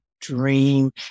dream